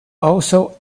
also